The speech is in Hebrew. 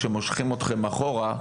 ואני מכיר אותו גם בגרסה של אחרי האסון.